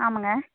ஆமாங்க